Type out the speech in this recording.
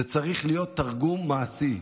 זה צריך להיות תרגום מעשי.